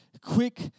quick